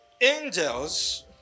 angels